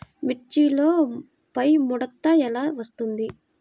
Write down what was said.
మిర్చిలో పైముడత ఎలా వస్తుంది?